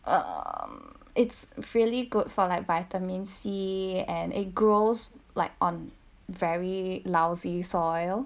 um it's really good for like vitamin c and it grows like on very lousy soil